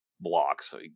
blocks